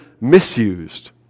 misused